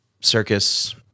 circus